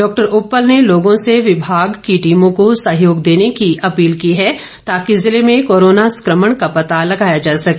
doctor Uppal ने लोगों से विभाग की टीमों को सहयोग देने की अपील की है ताकि जिले में कोरोना संक्रमण का पता लगाया जा सके